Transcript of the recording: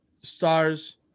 Stars